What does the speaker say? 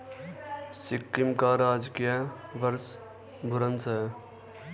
सिक्किम का राजकीय वृक्ष बुरांश है